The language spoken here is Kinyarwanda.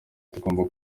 tugomba